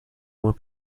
mois